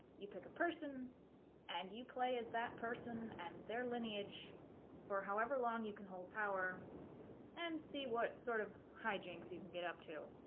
you pick a person and you play as that person and their lineage for however long you can hold power and see what sort of hijinks you can get up to.